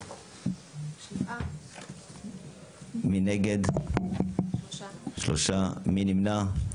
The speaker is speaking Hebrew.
7. מי נמנע?